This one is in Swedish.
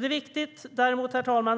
Det är viktigt